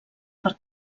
per